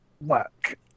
work